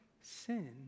sin